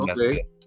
okay